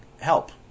help